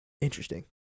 Interesting